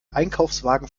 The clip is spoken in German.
einkaufswagen